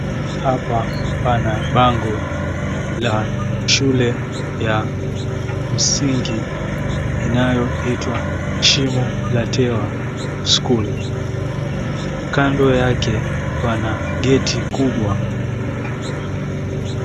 Hapa pana bango la shule ya msingi inayoitwa, Shimo La Tewa School. Kando yake pana geti kubwa.